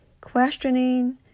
questioning